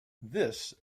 this